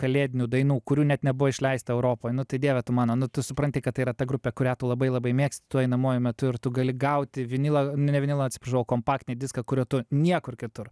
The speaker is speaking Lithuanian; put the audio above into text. kalėdinių dainų kurių net nebuvo išleista europoj nu tai dieve tu mano nu tu supranti kad tai yra ta grupė kurią tu labai labai mėgsti tuo einamuoju metu ir tu gali gauti vinilą nu ne vinilą atsiprašau o kompaktinį diską kurio tu niekur kitur